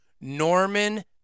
Norman